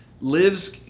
lives